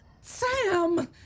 Sam